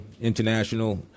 international